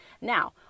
Now